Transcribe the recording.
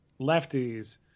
lefties